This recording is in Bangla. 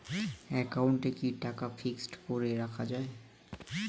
একাউন্টে কি টাকা ফিক্সড করে রাখা যায়?